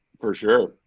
for sure.